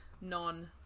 Non